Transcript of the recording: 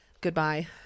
Goodbye